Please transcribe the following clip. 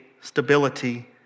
stability